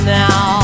now